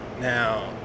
now